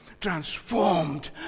transformed